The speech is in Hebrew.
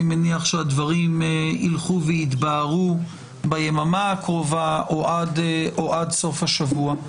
אני מניח שהדברים ילכו ויתבהרו ביממה הקרובה או עד סוף השבוע.